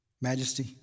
majesty